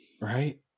Right